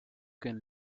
can